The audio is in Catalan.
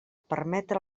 permetre